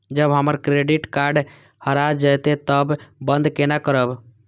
जब हमर credit card हरा जयते तब बंद केना करब?